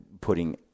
putting